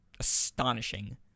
astonishing